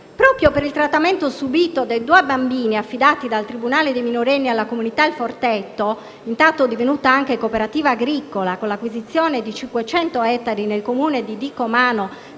Proprio per il trattamento subito dai due bambini affidati dal tribunale dei minorenni alla comunità «Il Forteto» - intanto divenuta anche cooperativa agricola con l'acquisizione di 500 ettari nel Comune di Dicomano,